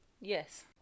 Yes